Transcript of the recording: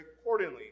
accordingly